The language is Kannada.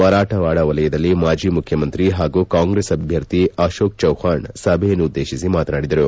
ಮರಾಠವಾಡ ವಲಯದಲ್ಲಿ ಮಾಜಿ ಮುಖ್ಯಮಂತ್ರಿ ಪಾಗೂ ಕಾಂಗ್ರೆಸ್ ಅಭ್ಯರ್ಥಿ ಅಶೋಕ್ ಚೌಹ್ವಾಣ್ ಸಭೆಯನ್ನುದ್ದೇಶಿಸಿ ಮಾತನಾಡಿದರು